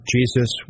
Jesus